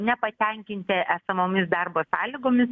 nepatenkinti esamomis darbo sąlygomis